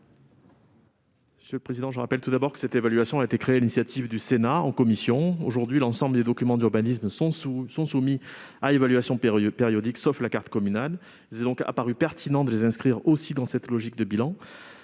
économiques ? Je rappelle tout d'abord que cette évaluation a été créée sur l'initiative de notre commission. Aujourd'hui, l'ensemble des documents d'urbanisme sont soumis à une évaluation périodique, à l'exception de la carte communale. Il nous a donc semblé pertinent de les inscrire aussi dans cette logique de bilan.